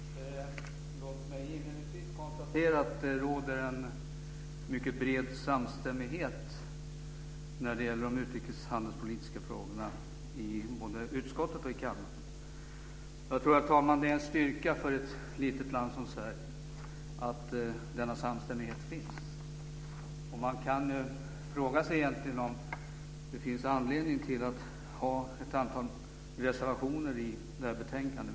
Herr talman! Låt mig inledningsvis konstatera att det råder en mycket bred samstämmighet när det gäller de utrikeshandelspolitiska frågorna i både utskottet och kammaren. Jag tror, herr talman, att det är en styrka för ett litet land som Sverige att denna samstämmighet finns. Man kan fråga sig om det finns anledning att ha ett antal reservationer i det här betänkandet.